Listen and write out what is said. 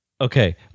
Okay